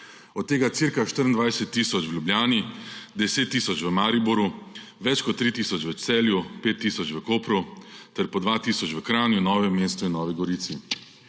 od tega cirka 24 tisoč v Ljubljani, 10 tisoč v Mariboru, več kot 3 tisoč v Celju, 5 tisoč v Kopru ter po 2 tisoč v Kranju, Novem mestu in Novi Gorici.